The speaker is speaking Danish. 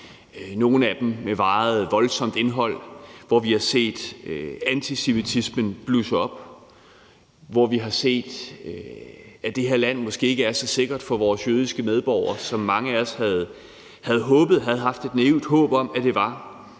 nogle af dem med meget voldsomt indhold – hvor vi har set antisemitismen blusse op, og hvor vi har set, at det her land måske ikke er så sikkert for vores jødiske medborgere, som mange af os havde haft et naivt håb om at det var,